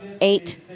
eight